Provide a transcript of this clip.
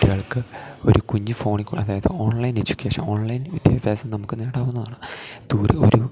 ഇപ്പം കുട്ടികൾക്ക് ഒരു കുഞ്ഞു ഫോണിൽക്കൂടെ അതായത് ഓൺലൈൻ എഡ്യൂക്കേഷൻ ഓൺലൈൻ വിദ്യാഭ്യാസം നമുക്ക് നേടാവുന്നതാണ് ദൂരെ ഒരു